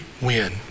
win